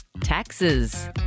Taxes